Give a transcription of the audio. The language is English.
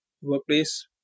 workplace